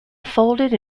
folded